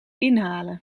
inhalen